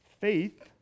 faith